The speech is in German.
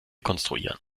konstruieren